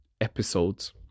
episodes